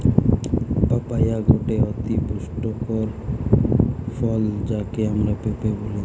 papaya গটে অতি পুষ্টিকর ফল যাকে আমরা পেঁপে বলি